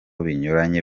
binyuranye